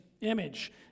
image